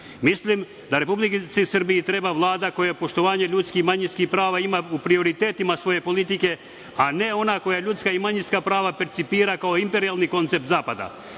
da Republici Srbiji treba Vlada koja poštovanje ljudskih i manjinskih prava ima u prioritetima svoje politike, a ne ona koja ljudska i manjinska prava percipira kao imperijalni koncept Zapada.